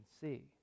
see